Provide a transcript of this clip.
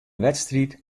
wedstriid